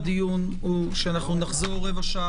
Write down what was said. הישיבה ננעלה בשעה